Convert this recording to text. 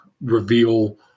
reveal